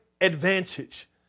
advantage